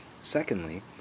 Secondly